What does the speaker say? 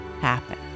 happen